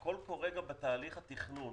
הכול קורה גם בתהליך התכנון.